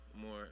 more